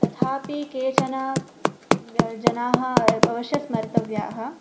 तथापि केचन ज् जनाः अवश्यं स्मर्तव्याः